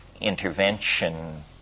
intervention